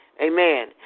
Amen